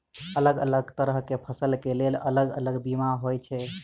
अलग अलग तरह केँ फसल केँ लेल अलग अलग बीमा होइ छै?